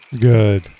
Good